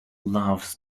loves